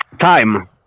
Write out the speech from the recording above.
Time